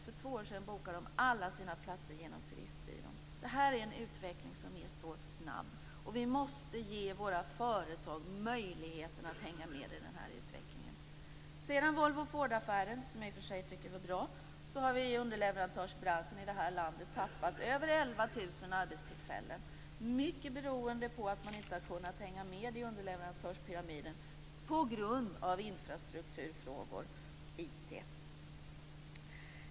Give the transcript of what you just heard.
För två år sedan bokade man alla sina platser genom turistbyrån. Det här är en utveckling som är snabb. Vi måste ge våra företag möjligheten att hänga med i den här utvecklingen. Sedan Volvo-Ford-affären, som jag i och för sig tyckte var bra, har underleverantörsbranschen i det här landet tappat över 11 000 arbetstillfällen, mycket beroende på att man inte har kunnat hänga med i underleverantörspyramiden på grund av infrastrukturfrågor, IT.